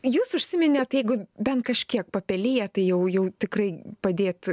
jūs užsiminėt jeigu bent kažkiek papeliję tai jau jau tikrai padėt